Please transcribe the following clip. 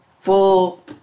full